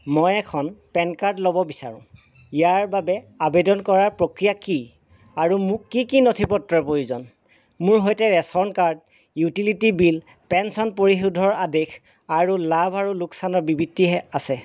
মই এখন PAN card ল'ব বিচাৰোঁ ইয়াৰ বাবে আবেদন কৰাৰ প্ৰক্ৰিয়া কি আৰু মোক কি কি নথি পত্ৰৰ প্ৰয়োজন মোৰ সৈতে ration card utility bill pension পৰিশোধৰ আদেশ আৰু লাভ আৰু লোকচানৰ বিবৃতিহে আছে